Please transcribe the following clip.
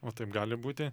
o taip gali būti